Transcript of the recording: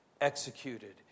executed